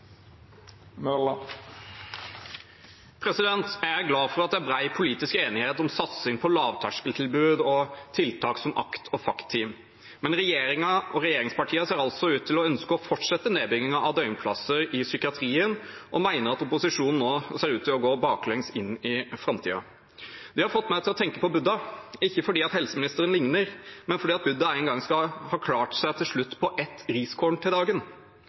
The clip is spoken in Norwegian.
er bred politisk enighet om satsing på lavterskeltilbud og tiltak som ACT- og FACT-team, men regjeringen og regjeringspartiene ser altså ut til å ønske å fortsette nedbyggingen av døgnplasser i psykiatrien og mener at opposisjonen nå går baklengs inn i framtiden. Det har fått meg til å tenke på Buddha, ikke fordi helseministeren ligner, men fordi Buddha til slutt skal ha klart seg på ett riskorn om dagen.